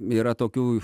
yra tokių